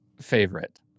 favorite